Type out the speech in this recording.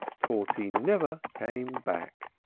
torty never came back!